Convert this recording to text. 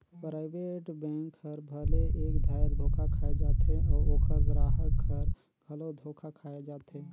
private bank हर भले एक धाएर धोखा खाए जाथे अउ ओकर गराहक हर घलो धोखा खाए जाथे